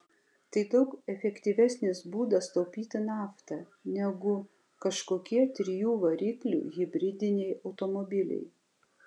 tai daug efektyvesnis būdas taupyti naftą negu kažkokie trijų variklių hibridiniai automobiliai